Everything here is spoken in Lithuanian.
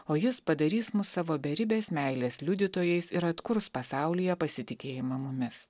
o jis padarys mus savo beribės meilės liudytojais ir atkurs pasaulyje pasitikėjimą mumis